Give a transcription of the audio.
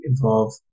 involve